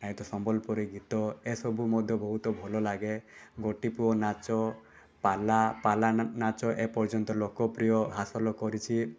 ନାଇଁ ତ ସମ୍ବଲପୁରୀ ଗୀତ ଏ ସବୁ ମଧ୍ୟ ବହୁତ ଭଲ ଲାଗେ ଗୋଟିପୁଅ ନାଚ ପାଲା ପାଲା ନା ନାଚ ଏପର୍ଯ୍ୟନ୍ତ ଲୋକପ୍ରିୟ ହାସଲ କରିଛି